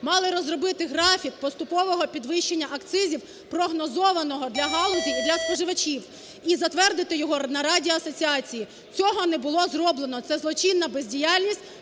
мали розробити графік поступового підвищення акцизів, прогнозованого для галузі і для споживачів, і затвердити його на Раді асоціації. Цього не було зроблено. Це злочинна бездіяльність